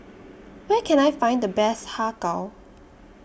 Where Can I Find The Best Har Kow